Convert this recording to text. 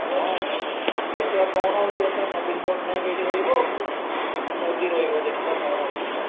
ହଁ ଦେଖିବା କ'ଣ ହେଉଛି ଏଥର ନବୀନ ପଟ୍ଟନାୟକ ଏଇଠି ରହିବ କି ମୋଦି ରହିବ ଦେଖିବା କ'ଣ ହେଉଛି